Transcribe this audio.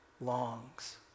longs